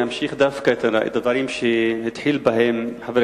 אני אמשיך את הדברים שהתחיל בהם חבר